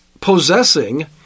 possessing